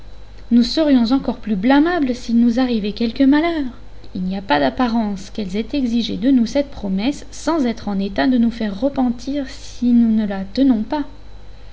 nous serions encore plus blâmables s'il nous arrivait quelque malheur il n'y a pas d'apparence qu'elles aient exigé de nous cette promesse sans être en état de nous faire repentir si nous ne la tenons pas